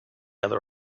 other